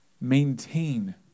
maintain